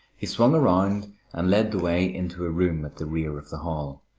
he swung around and led the way into a room at the rear of the hall,